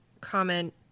comment